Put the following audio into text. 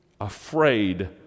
afraid